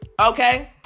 Okay